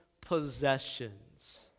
possessions